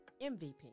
MVP